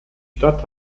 stadt